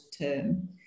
term